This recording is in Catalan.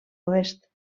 oest